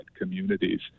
communities